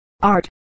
Art